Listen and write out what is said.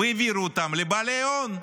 והעבירו אותם לבעלי הון.